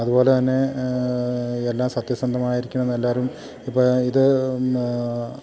അതുപോലെ തന്നെ എല്ലാം സത്യസന്ധമായിരിക്കണം എല്ലാവരും ഇപ്പം ഇത്